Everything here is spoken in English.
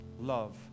love